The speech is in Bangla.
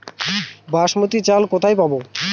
বাসমতী চাল কোথায় পাবো?